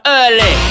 early